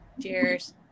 Cheers